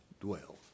dwell